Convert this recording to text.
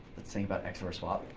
let's think about xor swap.